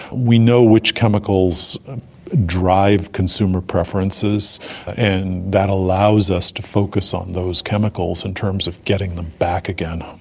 we know which chemicals drive consumer preferences and that allows us to focus on those chemicals in terms of getting them back again.